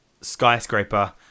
skyscraper